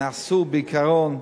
נעשו, בעיקרון,